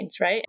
right